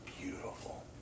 beautiful